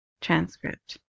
transcript